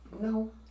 No